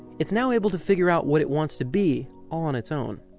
it's now able to figure out what it wants to be, all on its own